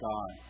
God